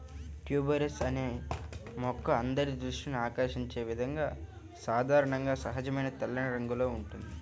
tuberose అనే మొక్క అందరి దృష్టిని ఆకర్షించే విధంగా సాధారణంగా సహజమైన తెల్లని రంగులో ఉంటుంది